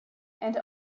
and